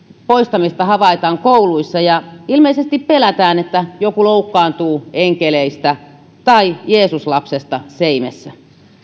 poistamista havaitaan kouluissa ja ilmeisesti pelätään että joku loukkaantuu enkeleistä tai jeesus lapsesta seimessä